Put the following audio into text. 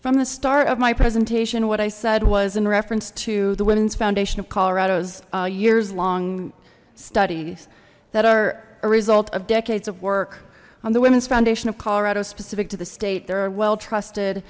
from the start of my presentation what i said was in reference to the women's foundation of colorado's years long studies that are a result of decades of work on the women's foundation of colorado specific to the state there are well trusted